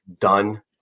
done